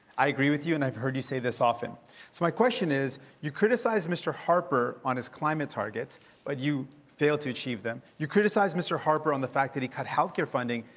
i agree with you and i've heard you say this often. so my question is, you criticize mr. harper on his climate targets but you failed to achieve them. you criticized mr. harper on the fact that he cut healthcare funding.